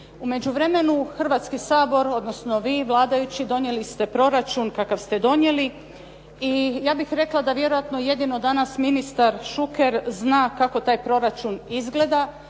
U međuvremenu, Hrvatski sabor, odnosno vi, vladajući donijeli ste proračun kakav ste donijeli i ja bih rekla da vjerojatno jedino danas ministar Šuker zna kako taj proračun izgleda